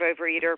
overeater